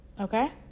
Okay